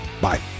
Bye